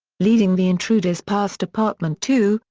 leading the intruders past apartment two,